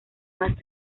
más